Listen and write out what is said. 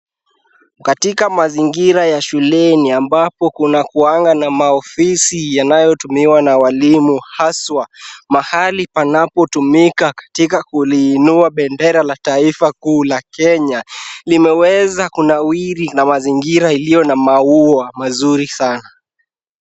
Katika mazingira ya shuleni ambapo kunakuwanga na maofisi yanayotumiwa na walimu haswa, mahali panapotumika katika kuliinua bendera la taifa kuu la Kenya. Limeweza kunawiri na mazingira iliyo na maua mazuri sana.